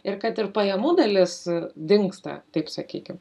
ir kad ir pajamų dalis dingsta taip sakykim